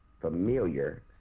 familiar